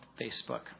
Facebook